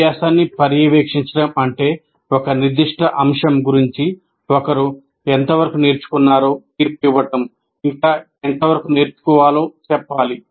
అభ్యాసాన్ని పర్యవేక్షించడం అంటే ఒక నిర్దిష్ట అంశం గురించి ఒకరు ఎంతవరకు నేర్చుకున్నారో తీర్పు ఇవ్వడం ఇంకా ఎంత వరకు నేర్చుకోవాలో చెప్పాలి